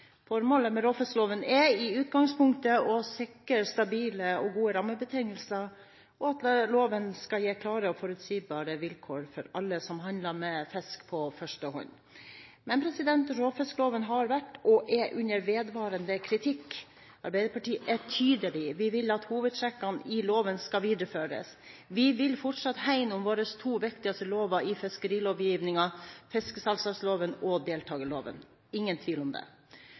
Formålet med råfiskloven er i utgangspunktet å sikre stabile og gode rammebetingelser, og at loven skal gi klare og forutsigbare vilkår for alle som handler med fisk på førstehånd. Men råfiskloven har vært, og er, under vedvarende kritikk. Arbeiderpartiet er tydelig. Vi vil at hovedtrekkene i loven skal videreføres. Vi vil fortsatt hegne om våre to viktigste lover i fiskerilovgivningen, fiskesalgslagsloven og deltakerloven – ingen tvil om det.